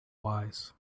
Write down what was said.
wise